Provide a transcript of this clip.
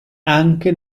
anche